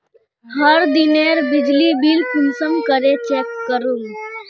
हर दिनेर बिजली बिल कुंसम करे चेक करूम?